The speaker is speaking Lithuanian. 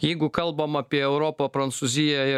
jeigu kalbam apie europą prancūziją ir